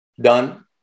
done